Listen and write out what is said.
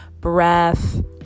breath